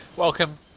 Welcome